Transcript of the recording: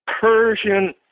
Persian